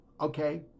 okay